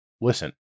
listen